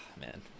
man